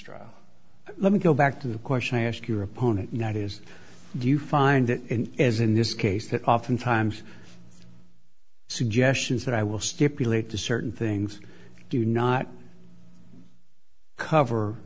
trial let me go back to the question i asked your opponent not is do you find it is in this case that oftentimes suggestions that i will stipulate to certain things do not cover